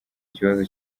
kibazo